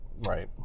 Right